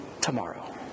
Tomorrow